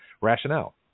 Rationale